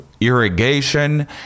irrigation